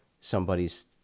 somebody's